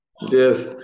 Yes